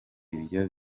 ibyo